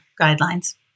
Guidelines